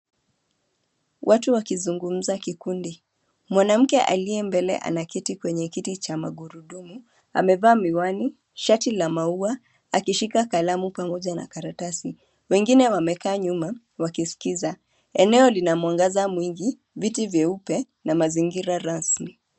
Watu wakizungumza kikundi. Mwanamke aliye mbele anaketi kwenye kiti cha magurudumu. Amevaa miwani, shati la maua, akishika kalamu pamoja na karatasi. Wengine wamekaa nyuma, wakisikiza. Eneo lina mwangaza mwingi, viti vyeupe na mazingira rasmi.